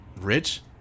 rich